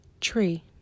Tree